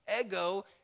Ego